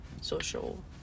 social